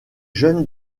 jeune